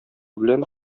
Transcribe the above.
белән